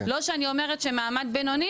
זה לא שאני אומרת שמעמד בינוני,